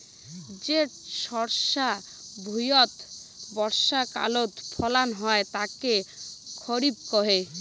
যে শস্য ভুঁইয়ত বর্ষাকালত ফলন হই তাকে খরিফ কহে